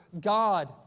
God